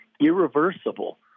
irreversible